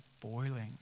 boiling